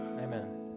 Amen